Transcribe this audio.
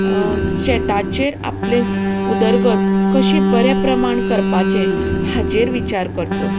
शेताचेर आपले उदरगत कशीं बऱ्या प्रमाण करपाची हाचेर विचार करचो